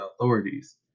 authorities